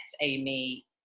Amy